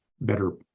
better